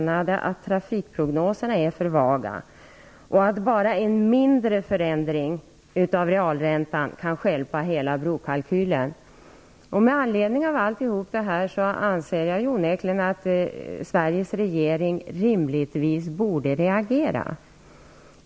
Man ansåg att trafikprognoserna var för vaga och att bara en mindre förändring av realräntan kunde stjälpa hela brokalkylen. Med anledning av allt detta anser jag att Sveriges regering rimligtvis borde reagera.